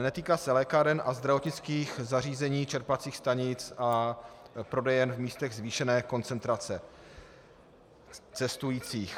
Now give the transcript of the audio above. Netýká se lékáren a zdravotnických zařízení, čerpacích stanic a prodejen v místech zvýšené koncentrace cestujících.